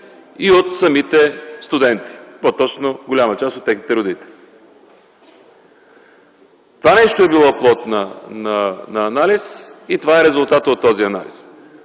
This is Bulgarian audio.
и от самите студенти, по-точно голяма част от техните родители. Това нещо е било плод на анализ и това е резултат от този анализ.